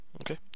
Okay